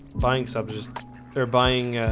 buying subs just they're buying